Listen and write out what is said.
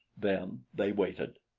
then they waited.